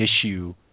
issue